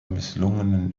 misslungenen